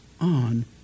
on